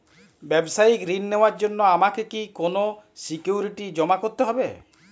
ব্যাবসায়িক ঋণ নেওয়ার জন্য আমাকে কি কোনো সিকিউরিটি জমা করতে হবে?